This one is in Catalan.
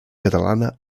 catalana